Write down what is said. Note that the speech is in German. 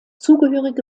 zugehörige